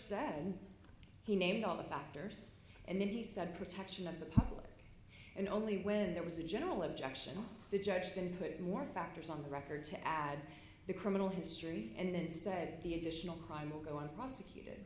and he named all the factors and then he said protection of the public and only when there was a general objection the judge can put more factors on the record to add the criminal history and then said the additional crime will go on prosecut